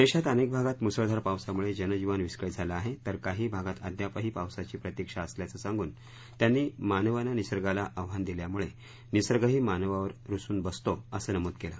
देशात अनेक भागात मुसळधार पावसामुळे जनजीवन विस्कळीत झालं आहे तर काही भागात अद्यापही पावसाची प्रतिक्षा असल्याचं सांगून त्यांनी मानवानं निसर्गाला आव्हान दिल्यामुळे निसर्गही मानवावर रुसून बसतो असं नमूद केलं